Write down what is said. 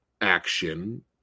action